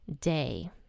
day